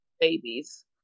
babies